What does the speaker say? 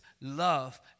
love